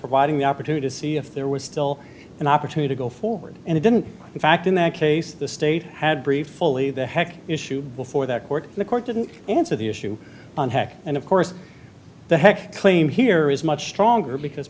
providing the opportunity to see if there was still an opportunity to go forward and it didn't in fact in that case the state had briefly the heck issue before that court the court didn't answer the issue on heck and of course the heck claim here is much stronger because